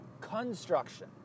Construction